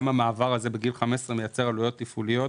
גם המעבר הזה בגיל 15 מייצר עלויות תפעוליות